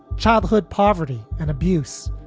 childhood poverty and abuse,